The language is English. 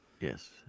Yes